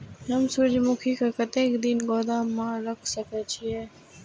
हम सूर्यमुखी के कतेक दिन गोदाम में रख सके छिए?